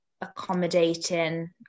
accommodating